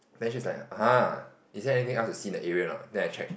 then she is like !huh! is there anything else to see the area or not then I check